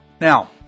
Now